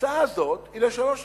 ההצעה הזאת היא לשלוש שנים.